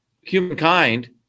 humankind